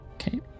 Okay